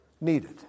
needed